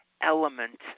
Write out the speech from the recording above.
element